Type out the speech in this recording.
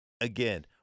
again –